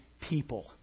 people